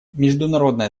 международное